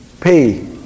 pay